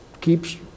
keeps